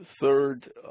third